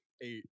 eight